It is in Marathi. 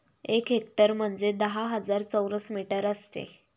एक हेक्टर म्हणजे दहा हजार चौरस मीटर असते